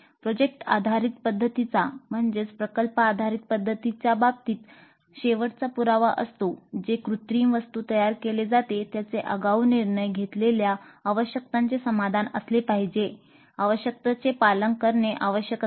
project आधारित पध्दतीच्या बाबतीत शेवटचा पुरावा असतो जे कृत्रिम वस्तू तयार केले जाते त्याचे आगाऊ निर्णय घेतलेल्या आवश्यकतांचे समाधान असले पाहिजे आवश्यकतेचे पालन करणे आवश्यक असते